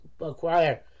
acquire